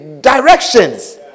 directions